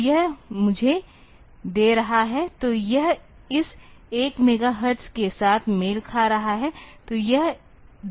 तो यह मुझे दे रहा है तो यह इस 1 मेगाहर्ट्ज़ के साथ मेल खा रहा है